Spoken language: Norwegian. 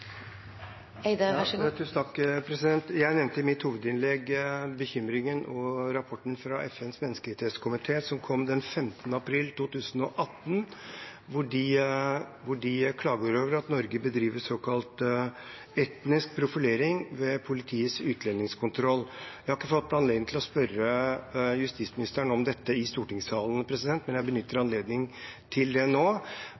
rapporten fra FNs menneskerettighetskomité, som kom 5. april 2018, hvor de klager over at Norge ved politiets utlendingskontroll bedriver såkalt etnisk profilering. Jeg har ikke fått anledning til å spørre justisministeren om dette i stortingssalen, men jeg benytter